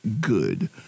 good